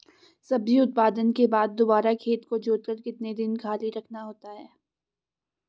सब्जी उत्पादन के बाद दोबारा खेत को जोतकर कितने दिन खाली रखना होता है?